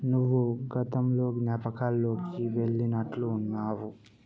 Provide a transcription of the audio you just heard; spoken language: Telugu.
నువ్వు గతంలో జ్ఞాపకాల్లోకి వెళ్ళినట్లు ఉన్నావు